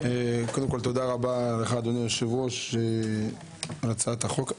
תודה רבה, אדוני היושב-ראש, על הצעת החוק.